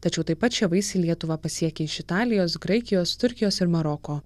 tačiau taip pat šie vaisiai lietuvą pasiekia iš italijos graikijos turkijos ir maroko